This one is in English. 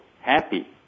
happy